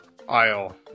aisle